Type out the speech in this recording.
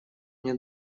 мне